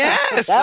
Yes